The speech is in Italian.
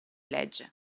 legge